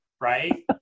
right